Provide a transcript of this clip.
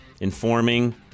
informing